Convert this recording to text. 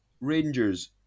Rangers